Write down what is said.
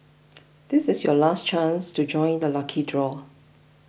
this is your last chance to join the lucky draw